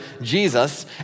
Jesus